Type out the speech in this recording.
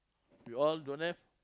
we all don't have